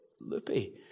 loopy